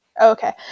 Okay